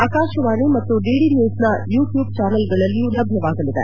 ಆಕಾಶವಾಣಿ ಮತ್ತು ಡಿಡಿ ನ್ಯೂಸ್ನ YouTube ಚಾನಲ್ಗಳಲ್ಲಿಯೂ ಲಭ್ಯವಾಗಲಿದೆ